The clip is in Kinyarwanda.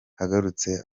agarutse